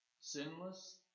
sinless